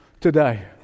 today